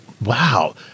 Wow